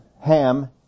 Ham